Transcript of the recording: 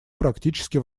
практически